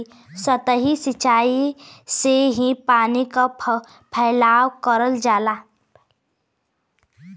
सतही सिचाई से ही पानी क फैलाव करल जाला